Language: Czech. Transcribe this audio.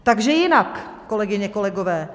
Takže jinak, kolegyně, kolegové.